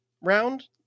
round